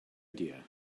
idea